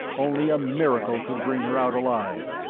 only a miracle could bring her out alive.